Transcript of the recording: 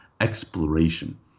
exploration